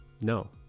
No